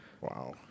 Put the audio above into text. Wow